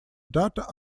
data